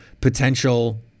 potential